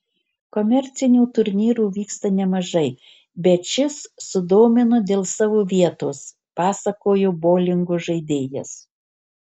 komercinių turnyrų vyksta nemažai bet šis sudomino dėl savo vietos pasakojo boulingo žaidėjas